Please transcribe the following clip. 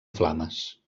flames